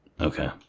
Okay